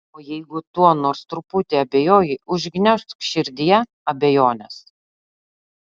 o jeigu tuo nors truputį abejoji užgniaužk širdyje abejones